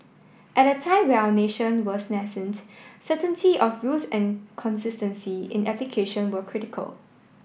at a time where our nation was nascent certainty of rules and consistency in application were critical